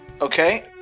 Okay